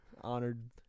Honored